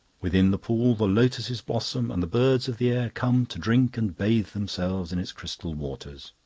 within the pool the lotuses blossom, and the birds of the air come to drink and bathe themselves in its crystal waters.